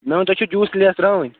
مےٚ وَن تۄہہِ چھُو جوٗس تہٕ لیز ترٛاوٕنۍ